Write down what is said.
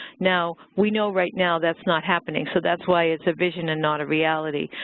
now, we know right now that's not happening, so that's why it's a vision and not a reality,